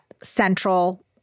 central